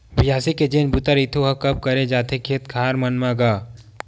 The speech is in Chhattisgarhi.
बियासी के जेन बूता रहिथे ओहा कब करे जाथे खेत खार मन म गा?